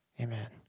amen